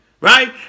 right